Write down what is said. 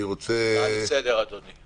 הצעה לסדר, אדוני.